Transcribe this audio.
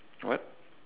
what